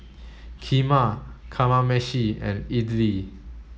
Kheema Kamameshi and Idili